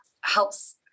helps